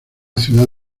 ciudad